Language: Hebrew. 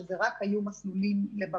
אז היו רק מסלולים לבגרות,